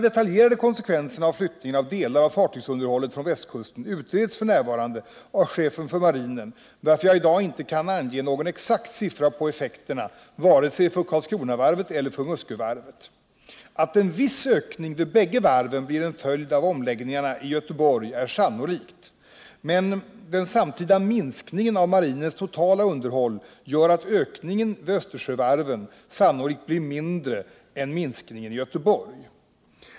Detaljer om konsekvenserna av flyttningen av delar av fartygsunderhållet från Västkustens örlogsbas utreds f. n. av chefen för marinen, varför jag i dag inte kan ange någon exakt siffra på effekterna, varken för Karlskronavarvet eller för Muskövarvet. Att en viss ökning vid bägge varven blir en följd av omläggningarna i Göteborg är sannolikt. Men den samtidiga minskningen av marinens totala underhåll gör att ökningen vid Östersjövarven sannolikt blir mindre än minskningen i Göteborg.